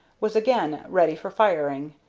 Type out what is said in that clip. was again ready for firing,